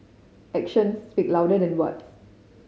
action speak louder than words